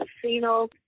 casino